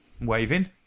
waving